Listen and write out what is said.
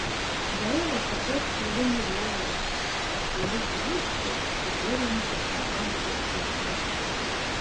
gaila kad taip toli nujojome per toli grįžt ir sugurinti senam sukčiui snukį